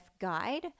guide